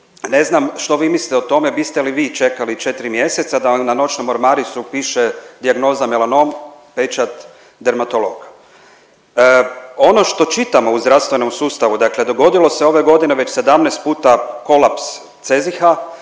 ne znam što vi mislite o tome, biste li vi čekali 4 mjeseca da vam na noćnom ormariću piše dijagnoza melanom, pečat dermatolog. Ono što čitamo u zdravstvenom sustavu, dakle dogodilo se ove godine već 17 puta kolaps CEZIH-a,